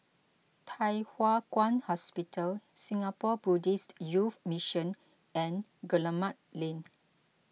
Thye Hua Kwan Hospital Singapore Buddhist Youth Mission and Guillemard Lane